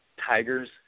tigers